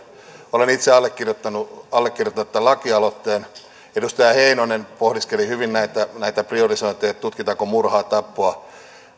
olen itse allekirjoittanut allekirjoittanut tämän lakialoitteen edustaja heinonen pohdiskeli hyvin näitä priorisointeja tutkitaanko murhaa vai tappoa